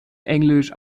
englisch